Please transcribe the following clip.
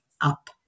up